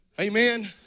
Amen